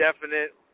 definite